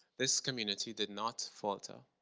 this community did not falter.